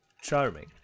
charming